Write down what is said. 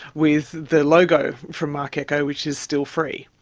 with the logo for marc ecko, which is still free.